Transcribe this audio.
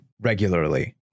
regularly